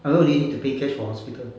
I thought you only need to pay cash for hospital